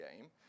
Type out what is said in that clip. game